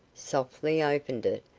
softly opened it,